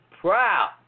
proud